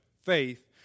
faith